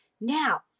now